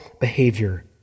behavior